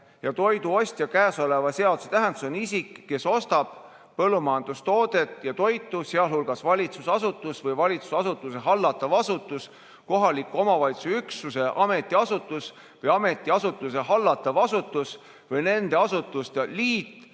ja toidu ostja käesoleva seaduse tähenduses on isik, kes ostab põllumajandustoodet ja toitu, sh valitsusasutus või valitsusasutuse hallatav asutus, kohaliku omavalitsuse üksuse ametiasutus või ametiasutuse hallatav asutus või nende asutuste liit,